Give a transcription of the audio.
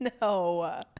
No